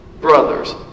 brothers